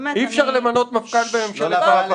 באמת, אני --- אי אפשר למנות מפכ"ל בממשלת מעבר.